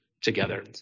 together